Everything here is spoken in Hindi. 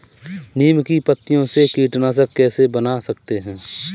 नीम की पत्तियों से कीटनाशक कैसे बना सकते हैं?